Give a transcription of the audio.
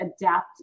adapt